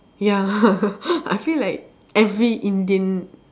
ya I feel like every indian